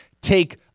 take